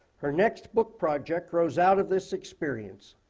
her next book project grows out of this experience,